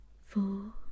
four